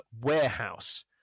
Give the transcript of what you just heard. warehouse